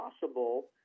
possible